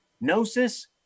Gnosis